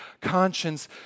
conscience